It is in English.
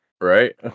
Right